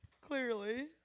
Clearly